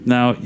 Now